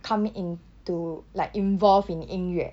come into like involved in 音乐